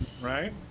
Right